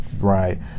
Right